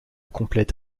complète